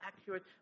accurate